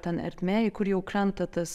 ten ertmė į kur jau krenta tas